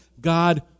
God